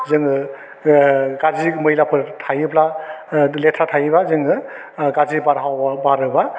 जोङो ओह गारजि मैलाफोर थायोब्ला ओह लेथ्रा थायोबा जोङो ओह गारजि बारहावायाव बारोबा